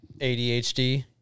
ADHD